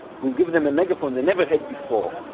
we've given them a megaphone they never had before,